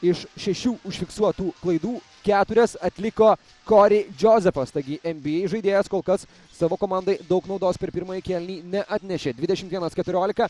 iš šešių užfiksuotų klaidų keturias atliko kori džozefas taigi nba žaidėjas kol kas savo komandai daug naudos per pirmąjį kėlinį atnešė dvidešimt vienas keturiolika